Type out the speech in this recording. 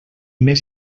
més